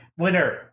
Winner